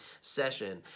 session